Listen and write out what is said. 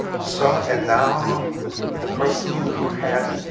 so and now the person who had